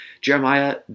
Jeremiah